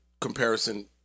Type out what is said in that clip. comparison